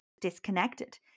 disconnected